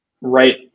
right